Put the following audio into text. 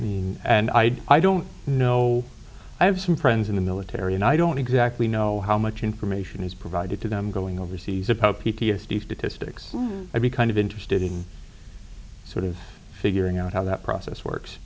yeah and i'd i don't know i have some friends in the military and i don't exactly know how much information is provided to them going overseas or pope p t s d statistics i mean kind of interested in sort of figuring out how that process works